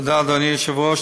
תודה, אדוני היושב-ראש.